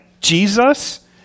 Jesus